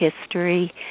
history